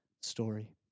story